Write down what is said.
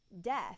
death